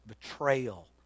betrayal